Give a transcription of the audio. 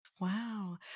Wow